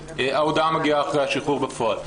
ההודעה מגיעה אחרי השחרור בפועל.